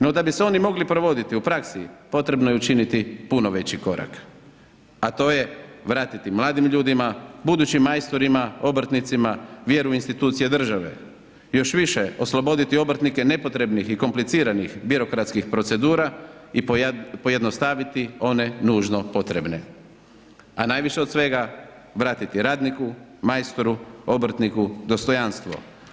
No da bi se oni mogli provoditi u praksi potrebno je učiniti puno veći korak, a to je vratiti mladim ljudima, budućim majstorima, obrtnicima vjeru u institucije države, još više osloboditi obrtnike nepotrebnih i kompliciranih birokratskih procedura i pojednostaviti one nužno potrebne, a najviše od svega vratiti radniku, majstoru, obrtniku dostojanstvo.